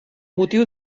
motiu